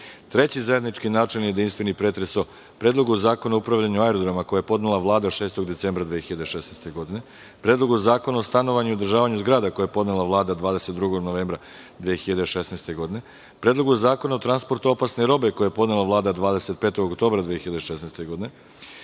zajednički načelni pretres o: Predlogu zakona o upravljanju aerodromima, koji je podnela Vlada, 6. decembra 2016. godine; Predlogu zakona o stanovanju i održavanju zgrada, koji je podnela Vlada, 22. novembra 2016. godine; Predlogu zakona o transportu opasne vode, koji je podnela Vlada, 25. oktobra 2016. godine;